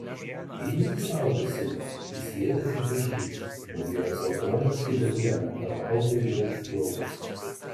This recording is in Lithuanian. jei nesisaugosi įsiėda kaip vėžys bambėjo sau tomas kitą dieną ralfui jau išplaukus